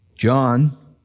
John